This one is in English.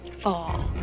fall